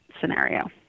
scenario